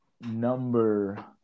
number